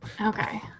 Okay